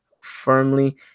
firmly